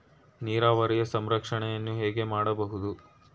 ನೀರಾವರಿಯ ಸಂರಕ್ಷಣೆಯನ್ನು ಹೇಗೆ ಮಾಡಬಹುದು?